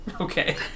Okay